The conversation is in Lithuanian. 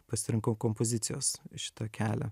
pasirinkau kompozicijos šitą kelią